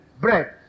bread